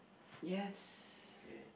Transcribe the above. yes